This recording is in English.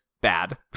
bad